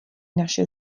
naše